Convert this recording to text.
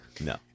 No